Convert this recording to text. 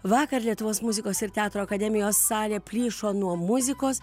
vakar lietuvos muzikos ir teatro akademijos salė plyšo nuo muzikos